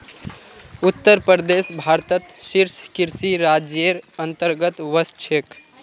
उत्तर प्रदेश भारतत शीर्ष कृषि राज्जेर अंतर्गतत वश छेक